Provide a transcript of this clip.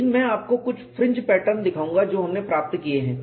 लेकिन मैं आपको कुछ फ्रिंज पैटर्न दिखाऊंगा जो हमने प्राप्त किए हैं